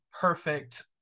perfect